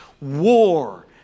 war